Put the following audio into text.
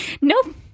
nope